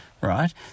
right